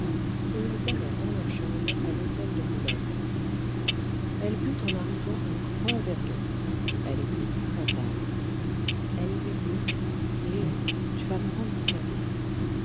et ils allèrent dans leur chambre à l'hôtel de boulogne elle but en arrivant un grand verre d'eau elle était très pâle elle lui dit léon tu vas me rendre un service